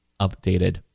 updated